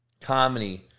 comedy